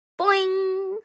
Boing